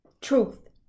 Truth